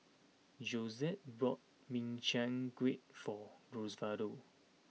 Josette bought Min Chiang Kueh for Osvaldo